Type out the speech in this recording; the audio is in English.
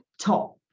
top